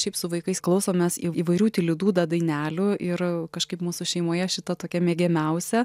šiaip su vaikais klausomės į įvairių tyli dūda dainelių ir kažkaip mūsų šeimoje šita tokia mėgiamiausia